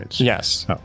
Yes